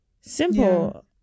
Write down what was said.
Simple